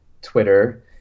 twitter